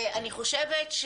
ואני חושבת,